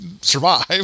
survive